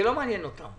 זה לא מעניין אותם.